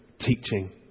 teaching